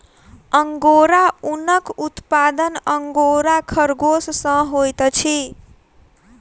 angora ऊनक उत्पादन angora खरगोश सॅ होइत अछि